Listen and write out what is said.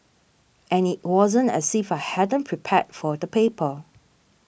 and it wasn't as if I hadn't prepared for the paper